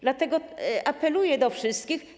Dlatego apeluję do wszystkich.